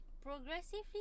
Progressively